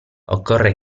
occorre